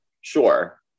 Sure